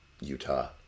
Utah